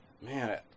man